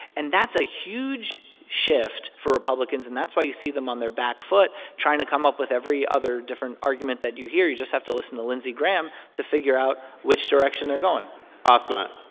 and that's a huge shift for republicans, and that's why you see them on their back foot trying to come up with every other different argument that you hear. you just have to listen to lindsey graham to figure out which direction they're going asma,